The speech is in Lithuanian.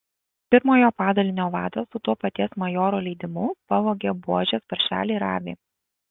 pirmojo padalinio vadas su to paties majoro leidimu pavogė buožės paršelį ir avį